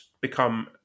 become